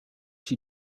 she